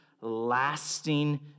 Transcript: lasting